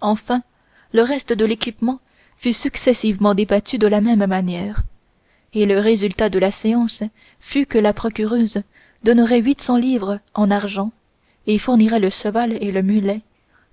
enfin le reste de l'équipement fut successivement débattu de la même manière et le résultat de la scène fut que la procureuse demanderait à son mari un prêt de huit cents livres en argent et fournirait le cheval et le mulet